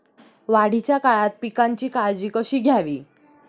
वाढीच्या काळात पिकांची काळजी कशी घ्यावी?